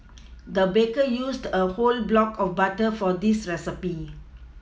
the baker used a whole block of butter for this recipe